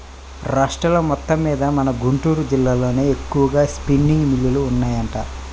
రాష్ట్రం మొత్తమ్మీద మన గుంటూరు జిల్లాలోనే ఎక్కువగా స్పిన్నింగ్ మిల్లులు ఉన్నాయంట